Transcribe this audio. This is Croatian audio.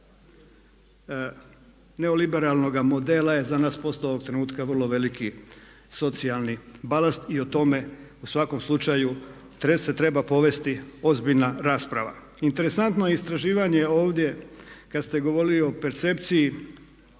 neoliberalnoga modela je za nas postala ovog trenutka vrlo veliki socijalni balast i o tome u svakom slučaju se treba povesti ozbiljna rasprava. Interesantno je istraživanje ovdje kad ste govorili o percepciji